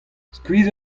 skuizh